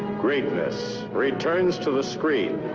greatness returns to the screen.